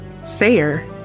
Sayer